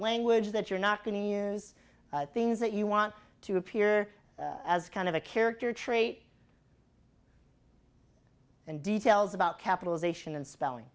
language that you're not going to use things that you want to appear as kind of a character trait and details about capitalisation and spelling